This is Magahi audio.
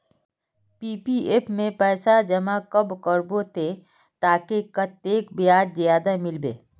पी.पी.एफ में पैसा जमा कब करबो ते ताकि कतेक ब्याज ज्यादा मिलबे?